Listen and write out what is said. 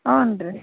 ಹ್ಞೂನ್ ರೀ